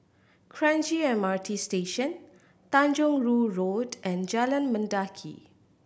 Kranji M R T Station Tanjong Rhu Road and Jalan Mendaki